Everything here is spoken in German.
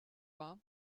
war